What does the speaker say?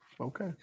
Okay